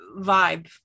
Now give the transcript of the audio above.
vibe